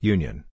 Union